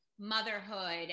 Motherhood